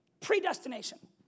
Predestination